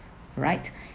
right